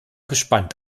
gespannt